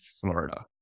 Florida